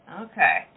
Okay